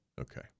okay